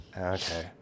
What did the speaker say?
okay